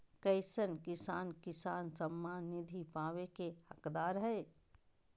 कईसन किसान किसान सम्मान निधि पावे के हकदार हय?